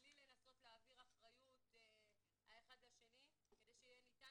מבלי לנסות להעביר אחריות האחד לשני כדי שניתן